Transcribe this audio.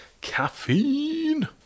Caffeine